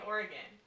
Oregon